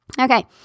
Okay